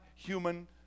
human